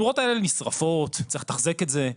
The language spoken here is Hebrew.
הנורות האלו נשרפות, צריך לתחזק את זה.